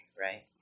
right